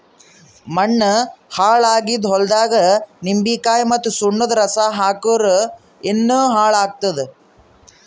ಮಣ್ಣ ಹಾಳ್ ಆಗಿದ್ ಹೊಲ್ದಾಗ್ ನಿಂಬಿಕಾಯಿ ಮತ್ತ್ ಸುಣ್ಣದ್ ರಸಾ ಹಾಕ್ಕುರ್ ಇನ್ನಾ ಹಾಳ್ ಆತ್ತದ್